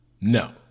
No